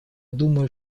думаю